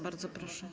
Bardzo proszę.